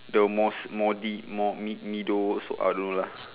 the most lah